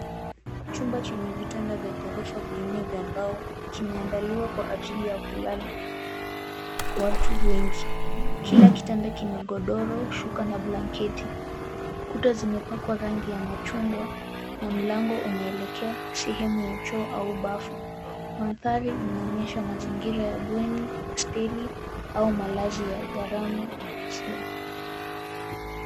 Chumba chenye vitanda vya ghorofa vinne vya mbao, kimeandaliwa kwa ajili ya kulala watu wengi. Kila kitanda kina godoro, shuka na blanketi. Ukuta zimepakwa rangi ya machungwa na mlango unaelekea sehemu ya choo au bafu. Mandhari inaonyesha mazingira ya bweni, hosteli au malazi ya gharama nafuu.